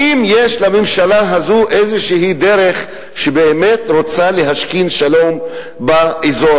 האם יש לממשלה הזאת איזו דרך שבאמת היא רוצה להשכין שלום באזור?